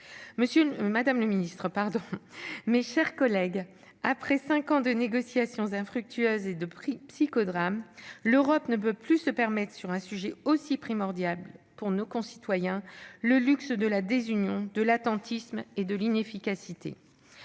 irréguliers. Madame le ministre, mes chers collègues, après cinq ans de négociations infructueuses et de psychodrames, l'Europe ne peut plus se permettre, sur un sujet aussi primordial pour nos concitoyens, le luxe de la désunion, de l'attentisme et de l'inefficacité.